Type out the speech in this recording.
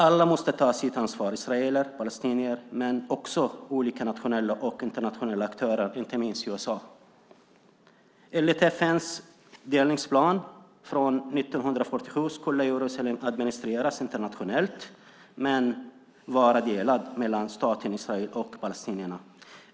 Alla måste ta sitt ansvar, israeler och palestinier men också olika nationella och internationella aktörer och inte minst USA. Enligt FN:s delningsplan från 1947 skulle Jerusalem administreras internationellt men vara delad mellan staten Israel och palestinierna.